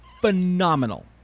phenomenal